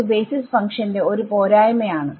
ഇത് basis function ന്റെ ഒരു പോരായ്മ ആണ്